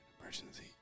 emergency